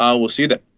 um will see that